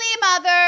mother